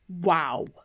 Wow